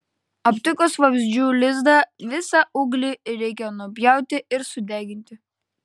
aptikus vabzdžių lizdą visą ūglį reikia nupjauti ir sudeginti